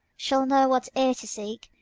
shall know what ear to seek,